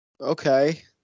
okay